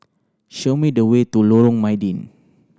show me the way to Lorong Mydin